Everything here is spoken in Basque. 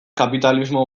kapitalismo